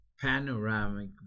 panoramic